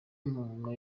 muntu